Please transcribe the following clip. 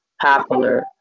popular